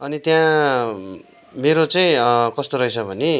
अनि त्यहाँ मेरो चाहिँ कस्तो रहेछ भने